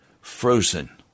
frozen